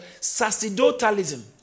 sacerdotalism